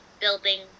building